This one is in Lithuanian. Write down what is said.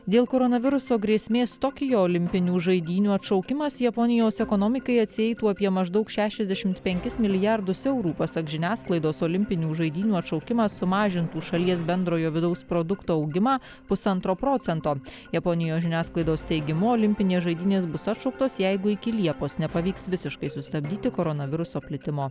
dėl koronaviruso grėsmės tokijo olimpinių žaidynių atšaukimas japonijos ekonomikai atsieitų apie maždaug šešiasdešimt penkis milijardus eurų pasak žiniasklaidos olimpinių žaidynių atšaukimas sumažintų šalies bendrojo vidaus produkto augimą pusantro procento japonijos žiniasklaidos teigimu olimpinės žaidynės bus atšauktos jeigu iki liepos nepavyks visiškai sustabdyti koronaviruso plitimo